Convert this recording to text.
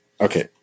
Okay